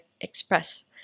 express